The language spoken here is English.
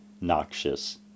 noxious